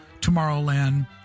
Tomorrowland